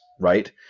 right